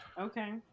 okay